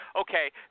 Okay